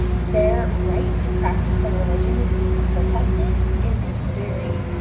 their right to practice their religion is being protested is very,